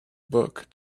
book